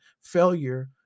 failure